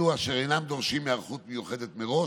אלו אשר אינם דורשים היערכות מיוחדת מראש.